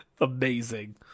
Amazing